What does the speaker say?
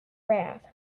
wrath